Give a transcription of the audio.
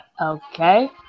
Okay